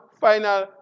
final